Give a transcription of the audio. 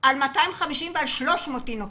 על 250 ועל 300 תינוקות.